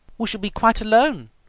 we shall be quite alone,